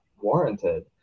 warranted